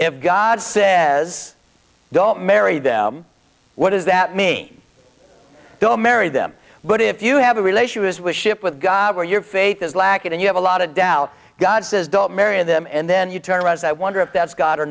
if god says don't marry them what does that mean don't marry them but if you have a relation as with a ship with god where your faith is lacking and you have a lot of doubt god says don't marry them and then you turn around i wonder if that's god or